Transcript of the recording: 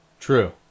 True